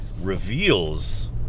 reveals